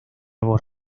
voz